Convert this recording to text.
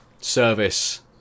service